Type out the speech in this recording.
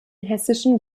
hessischen